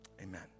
amen